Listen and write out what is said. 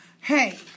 Hey